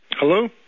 Hello